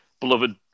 beloved